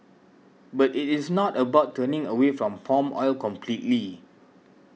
but it is not about turning away from palm oil completely